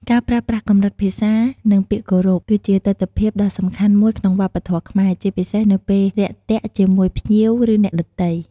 ការប្រើប្រាស់កម្រិតភាសា និងពាក្យគោរព គឺជាទិដ្ឋភាពដ៏សំខាន់មួយក្នុងវប្បធម៌ខ្មែរ ជាពិសេសនៅពេលទាក់ទងជាមួយភ្ញៀវ ឬអ្នកដទៃ។